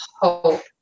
hope